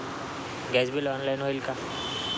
Gas bill online होईल का?